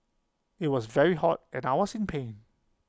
IT was very hot and I was in pain